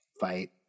fight